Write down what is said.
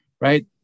right